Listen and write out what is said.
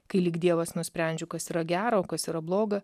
kai lyg dievas nusprendžiu kas yra gero kas yra bloga